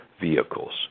Vehicles